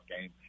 game